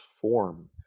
form